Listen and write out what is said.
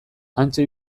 hantxe